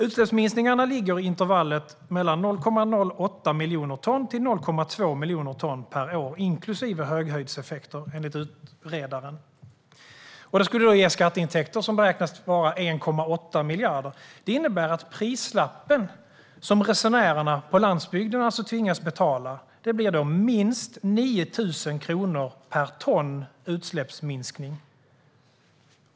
Utsläppsminskningarna ligger i intervallet 0,08 miljoner ton till 0,2 miljoner ton per år, inklusive höghöjdseffekter, enligt utredaren. Det skulle ge skatteintäkter som beräknas vara 1,8 miljarder. Det innebär att prislappen som resenärerna på landsbygden tvingas betala blir minst 9 000 kronor per ton utsläppsminskning.